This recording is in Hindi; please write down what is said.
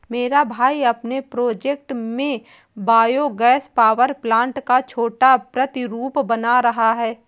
मेरा भाई अपने प्रोजेक्ट में बायो गैस पावर प्लांट का छोटा प्रतिरूप बना रहा है